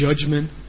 judgment